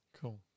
Cool